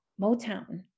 Motown